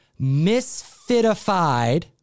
misfitified